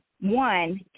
one